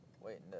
waiting